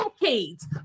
decades